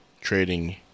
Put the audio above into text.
trading